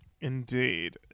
indeed